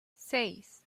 seis